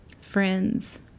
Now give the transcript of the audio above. Friends